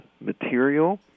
material